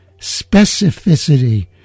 specificity